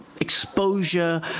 Exposure